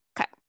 Okay